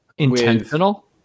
intentional